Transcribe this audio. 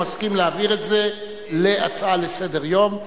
מסכים להעביר את זה להצעה לסדר-היום,